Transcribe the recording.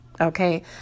okay